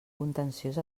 contenciós